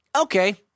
Okay